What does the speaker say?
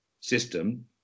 system